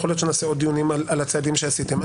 יכול להיות שנעשה עוד דיונים על הצעדים שעשיתם.